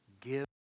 give